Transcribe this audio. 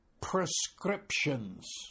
prescriptions